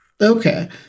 Okay